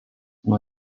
nuo